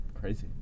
Crazy